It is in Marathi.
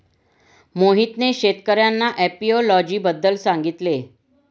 मोहितने शेतकर्यांना एपियोलॉजी बद्दल सांगितले